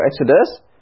Exodus